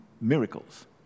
miracles